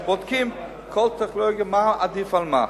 כשבודקים בכל טכנולוגיה מה עדיף על מה,